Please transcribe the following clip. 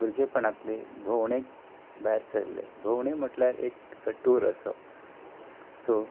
भुरगेपणांतले भोंवडेक भायर सरले भोंवणी म्हटल्यार एक टूर असो